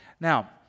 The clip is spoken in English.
Now